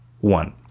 one